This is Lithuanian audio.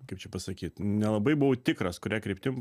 kaip čia pasakyt nelabai buvau tikras kuria kryptim